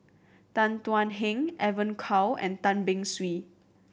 Tan Thuan Heng Evon Kow and Tan Beng Swee